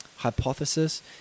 hypothesis